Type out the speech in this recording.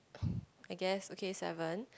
I guess okay seven